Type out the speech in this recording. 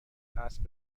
اسب